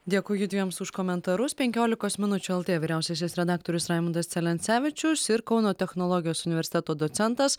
dėkui judviems už komentarus penkiolikos minučių lt vyriausiasis redaktorius raimundas celencevičius ir kauno technologijos universiteto docentas